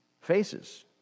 faces